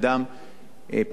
פיגועים, תאונות.